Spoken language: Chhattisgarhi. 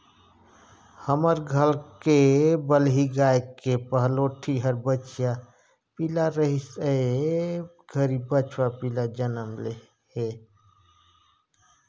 हमर घर के बलही गाय के पहलोठि हर बछिया पिला रहिस ए घरी बछवा पिला जनम हे